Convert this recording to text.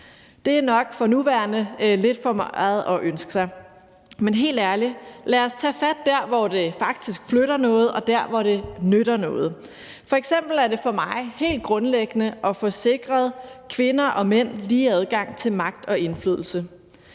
Det er nok for nuværende lidt for meget at ønske sig. Men helt ærligt, lad os tage fat dér, hvor det faktisk flytter noget, og dér, hvor det nytter noget. F.eks. er det for mig helt grundlæggende at få sikret kvinder og mænd lige adgang til magt og indflydelse,